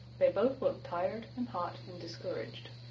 they both looked tired and hot and discouraged.